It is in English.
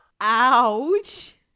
ouch